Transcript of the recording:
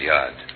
Yard